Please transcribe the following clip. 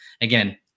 again